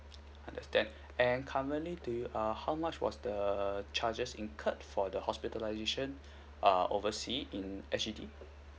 understand and currently do you err how much was the charges incurred for the hospitalisation uh overseas in S_G_D